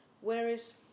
whereas